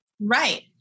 Right